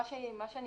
בגלל שאני